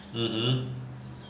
mmhmm